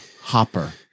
Hopper